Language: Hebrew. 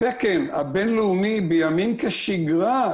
התקן הבינלאומי בימים כשיגרה,